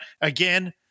Again